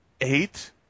eight